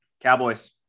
Cowboys